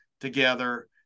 together